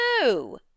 No